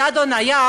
נייד או נייח,